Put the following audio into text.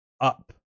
up